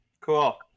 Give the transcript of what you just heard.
Cool